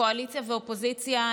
קואליציה ואופוזיציה,